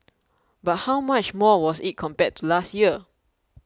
but how much more was it compared to last year